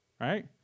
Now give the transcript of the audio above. Right